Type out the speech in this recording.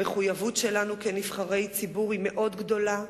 המחויבות שלנו כנבחרי ציבור היא גדולה מאוד.